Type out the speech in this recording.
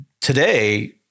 today